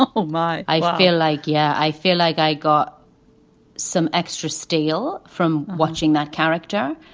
oh, my. i feel like yeah. i feel like i got some extra steel from watching that character.